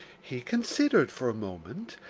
he considered for a moment,